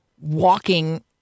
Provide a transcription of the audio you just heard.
walking